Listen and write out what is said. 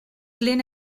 glyn